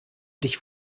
dich